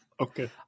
Okay